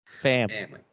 Family